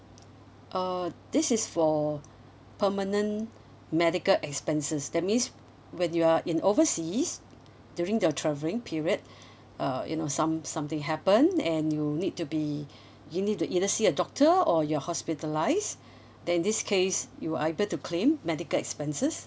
uh this is for permanent medical expenses that means when you are in overseas during your travelling period uh you know some~ something happened and you need to be you need to either see a doctor or you're hospitalised then in this case you are able to claim medical expenses